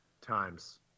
Times